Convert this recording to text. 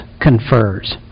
confers